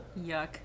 Yuck